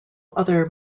other